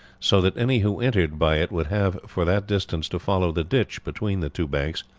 so that any who entered by it would have for that distance to follow the ditch between the two banks,